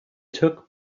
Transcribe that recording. took